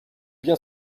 bien